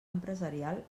empresarial